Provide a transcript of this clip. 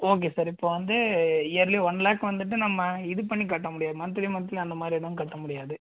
okay sir இப்போது வந்து yearly one lakh வந்துட்டு நம்ம இது பண்ணி கட்ட முடியாது மந்த்லி மந்த்லி அந்த மாதிரிலாம் கட்ட முடியாது